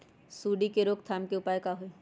सूंडी के रोक थाम के उपाय का होई?